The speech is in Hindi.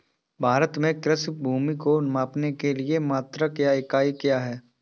भारत में कृषि भूमि को मापने के लिए मात्रक या इकाई क्या है?